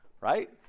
right